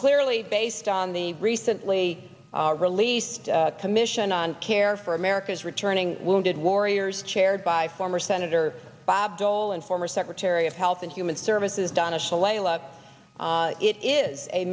clearly based on the recently released commission on care for america's returning wounded warriors chaired by former senator bob dole and former secretary of health and human services donna shalala it is a